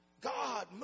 God